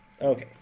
Okay